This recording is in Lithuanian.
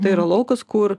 tai yra laukas kur